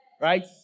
right